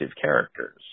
characters